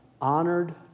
honored